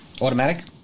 Automatic